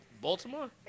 Baltimore